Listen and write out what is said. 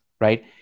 right